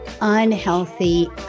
unhealthy